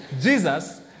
Jesus